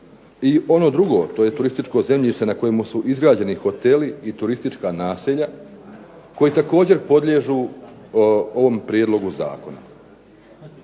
i ono drugo. To je turističko zemljište na kojima su izgrađeni hoteli i turistička naselja koji također podliježu ovom prijedlogu zakona.